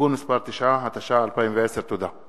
(תיקון מס' 9), התש"ע 2010. תודה.